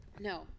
No